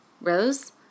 Rose